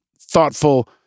thoughtful